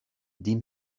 dim